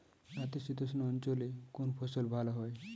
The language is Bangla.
নাতিশীতোষ্ণ অঞ্চলে কোন ফসল ভালো হয়?